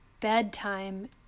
Bedtime